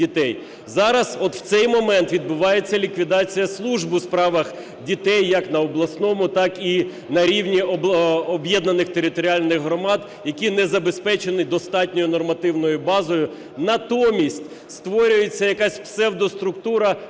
Зараз, от в цей момент, відбувається ліквідація служб у справах дітей як на обласному, так і на рівні об'єднаних територіальних громад, які не забезпечені достатньо нормативною базою. Натомість створюється якась псевдоструктура